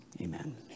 amen